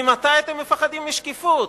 ממתי אתם מפחדים משקיפות?